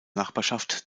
nachbarschaft